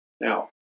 Now